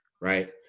right